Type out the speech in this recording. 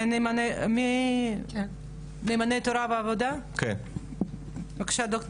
נאמני תודה ועבודה, בבקשה.